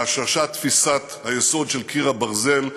להשרשת תפיסת היסוד של "קיר הברזל",